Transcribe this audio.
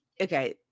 okay